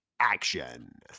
Action